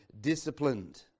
disciplined